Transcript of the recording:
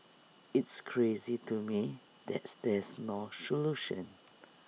it's crazy to me that there's no solution